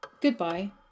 goodbye